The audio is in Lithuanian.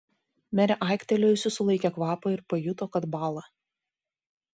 merė aiktelėjusi sulaikė kvapą ir pajuto kad bąla